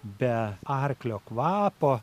be arklio kvapo